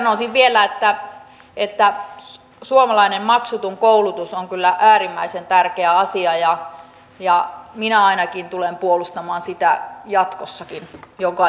sanoisin vielä että suomalainen maksuton koulutus on kyllä äärimmäisen tärkeä asia ja minä ainakin tulen puolustamaan sitä jatkossakin jokaisessa puheenvuorossa